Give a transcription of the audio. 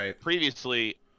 previously